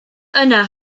yna